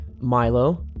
Milo